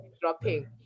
dropping